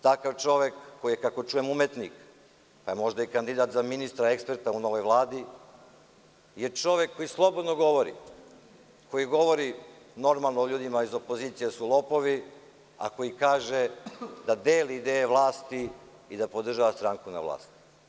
Takav čovek, koji je, kako čujem, umetnik, pa je možda i kandidat za ministra, eksperta u novoj Vladi, je čovek koji slobodno govori, koji govori normalno o ljudima iz opozicije da su lopovi, koji kaže da deli dve vlasti i da podržava stranku na vlasti.